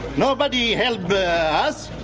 nobody help us.